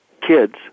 kids